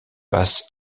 passe